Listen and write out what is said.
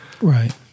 Right